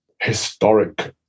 historic